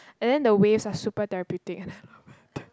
and then the waves are super therapeutic and I love it